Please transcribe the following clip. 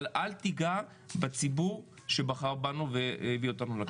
אבל אל תיגע בציבור שבחר בנו והביא אותנו לכנסת.